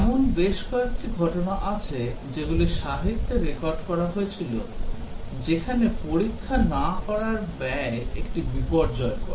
এমন বেশ কয়েকটি ঘটনা আছে যেগুলি সাহিত্যে রেকর্ড করা হয়েছিল যেখানে পরীক্ষা না করার ব্যয় একটি বিপর্যয়কর